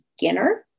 beginner